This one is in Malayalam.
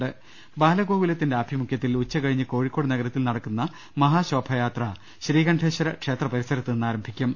രദ്ദേഷ്ടങ ബാലഗോകുലത്തിന്റെ ആഭിമുഖ്യത്തിൽ ഉച്ചകഴിഞ്ഞ് കോഴിക്കോട് ന ഗരത്തിൽ നടക്കുന്ന മഹാശോഭായാത്ര ശ്രീകണ്ഠേശ്വര ക്ഷേത്രപരിസരത്ത് നിന്ന് ആരംഭിക്കും